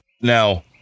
Now